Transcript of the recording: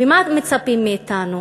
ומה אתם מצפים מאתנו?